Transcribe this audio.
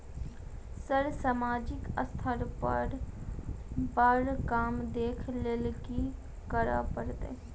Sir सामाजिक स्तर पर बर काम देख लैलकी करऽ परतै?